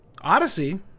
Odyssey